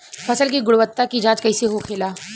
फसल की गुणवत्ता की जांच कैसे होखेला?